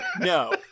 no